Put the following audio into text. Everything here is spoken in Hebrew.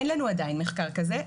אין לנו עדיין מחקר כזה,